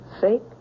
sake